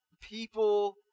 people